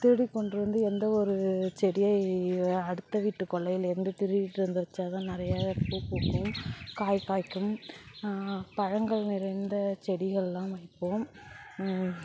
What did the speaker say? திருடி கொண்ட்டு வந்து எந்தவொரு செடியை அடுத்த வீட்டு கொல்லையிலேருந்து திருடிட்டு வந்து வச்சால் தான் நிறையா பூ பூக்கும் காய் காய்க்கும் பழங்கள் நிறைந்த செடிகள்லாம் வைப்போம்